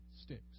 sticks